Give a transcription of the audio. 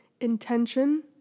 intention